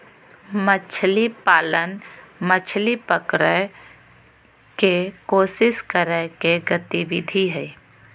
मछली पालन, मछली पकड़य के कोशिश करय के गतिविधि हइ